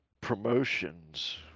promotions